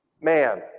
Man